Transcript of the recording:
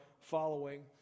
Following